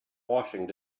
washing